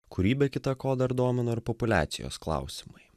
kurį be kita ko dar domina ir populiacijos klausimai